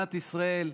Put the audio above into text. מדינת ישראל,